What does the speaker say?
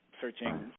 searching